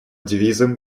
девизом